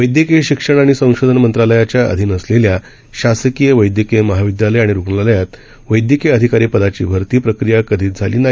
वैद्यकीय शिक्षण आणि संशोधन मंत्रालयाच्या अधिन असलेल्या शासकीय वैद्यकीय महाविद्यालय आणि रुग्णालयात वैद्यकीय अधिकारी पदाची भरती प्रक्रिया कधीच झाली नाही